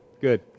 good